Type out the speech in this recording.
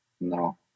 no